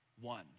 one